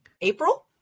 April